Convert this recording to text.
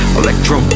electro